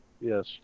Yes